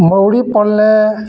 ମରୂଡ଼ି ପଡ଼୍ଲେ